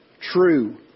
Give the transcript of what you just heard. true